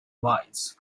wise